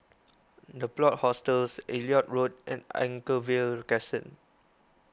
the Plot Hostels Elliot Road and Anchorvale Crescent